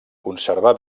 conservar